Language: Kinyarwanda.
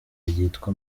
ryitwa